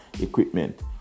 equipment